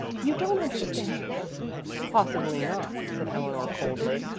you don't understand possibly not, said eleanor coldly.